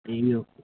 అయ్యో